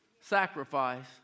sacrifice